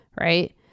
right